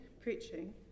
preaching